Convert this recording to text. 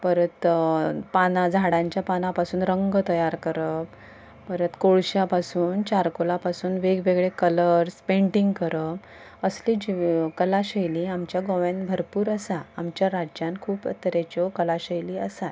परत पानां झाडां झाडांच्या पानां पासून रंग तयार करप परत कोळशा पासून चारकोला पासून वेगवेगळे कलर्स पेंटींग करप असली कलाशैली आमच्या गोंयान भरपूर आसा आमच्या राज्यान खूब तरेच्यो कलाशैली आसात